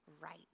right